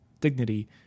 dignity